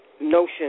notion